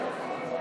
אדוני.